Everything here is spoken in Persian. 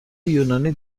یونانی